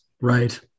Right